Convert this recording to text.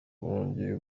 wongeye